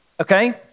Okay